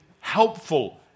helpful